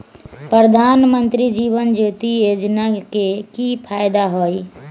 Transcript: प्रधानमंत्री जीवन ज्योति योजना के की फायदा हई?